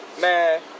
man